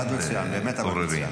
עבד מצוין, באמת עבד מצוין.